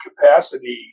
capacity